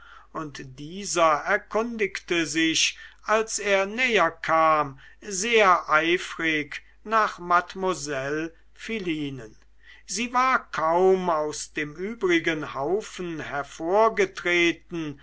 und dieser erkundigte sich als er näher kam sehr eifrig nach mademoiselle philinen sie war kaum aus dem übrigen haufen hervorgetreten